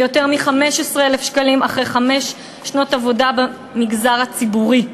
ויותר מ-15,000 שקלים אחרי חמש שנות עבודה במגזר הציבורי.